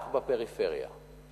רק בפריפריה.